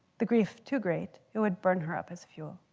the grief too great, it would burn her up as fuel.